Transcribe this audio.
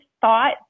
thought